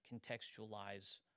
contextualize